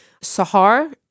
Sahar